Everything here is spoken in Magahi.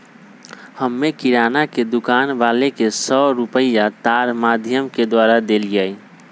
हम्मे किराना के दुकान वाला के सौ रुपईया तार माधियम के द्वारा देलीयी